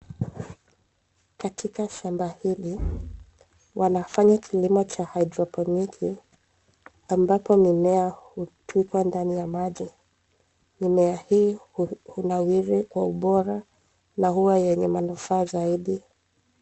Katika shamba hili, wanafanya kilimo cha haidroponiki ambapo mimea hutwikiwa ndani ya maji. Mimea hii hunawiri kwa ubora na huwa yenye manufaa zaidi.